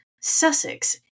Sussex